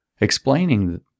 explaining